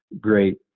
great